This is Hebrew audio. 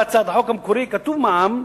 בהצעת החוק המקורית כתוב "מע"מ",